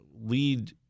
lead –